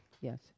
Yes